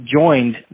joined